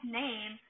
name